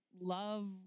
love